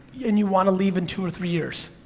and you wanna leave in two or three years.